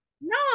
no